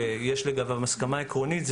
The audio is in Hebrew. שיש לגביו הסכמה עקרונית,